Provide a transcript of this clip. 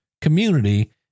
community